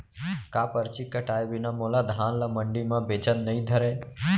का परची कटाय बिना मोला धान ल मंडी म बेचन नई धरय?